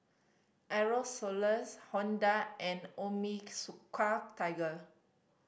Aerosoles Honda and Onitsuka Tiger